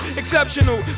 exceptional